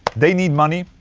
they need money,